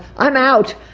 i'm out,